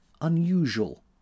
unusual